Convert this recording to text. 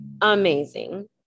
amazing